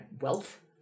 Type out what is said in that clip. wealth